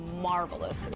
marvelous